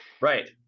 Right